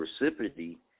reciprocity